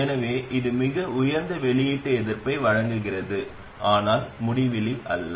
எனவே இது மிக உயர்ந்த வெளியீட்டு எதிர்ப்பை வழங்குகிறது ஆனால் முடிவிலி அல்ல